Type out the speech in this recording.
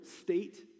state